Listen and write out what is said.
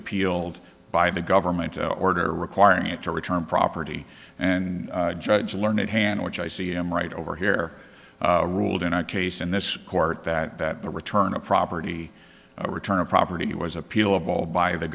appealed by the government to order requiring it to return property and judge learned hand which i see i'm right over here ruled in a case in this court that that the return of property or return of property was appealable by the